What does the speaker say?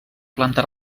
planta